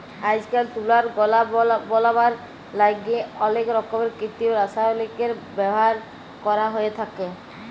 আইজকাইল তুলার গলা বলাবার ল্যাইগে অলেক রকমের কিত্তিম রাসায়লিকের ব্যাভার ক্যরা হ্যঁয়ে থ্যাকে